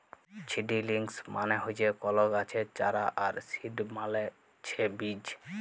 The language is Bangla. ছিডিলিংস মানে হচ্যে কল গাছের চারা আর সিড মালে ছে বীজ